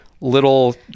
little